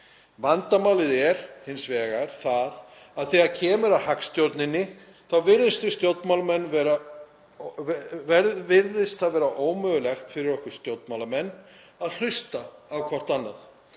Vandamálið er hins vegar það að þegar kemur að hagstjórninni þá virðist það vera ómögulegt fyrir okkur stjórnmálamenn að hlusta á hvert annað